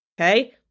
okay